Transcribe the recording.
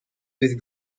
with